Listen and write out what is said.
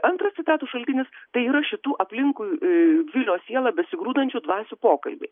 antras citatų šaltinis tai yra šitų aplinkui vilio sielą besigrūdančių dvasių pokalbiai